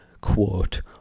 quote